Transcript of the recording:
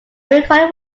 recording